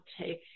take